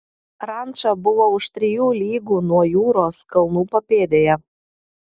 ranča buvo už trijų lygų nuo jūros kalnų papėdėje